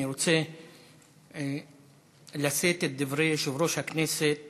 אני רוצה לשאת את דברי יושב-ראש הכנסת